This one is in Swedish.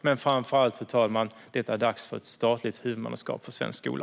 Men framför allt är det dags för ett statligt huvudmannaskap för svensk skola.